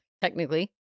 technically